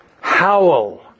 Howl